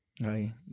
Right